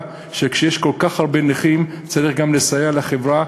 שכשיש כל כך הרבה נכים צריך גם לסייע לחברה,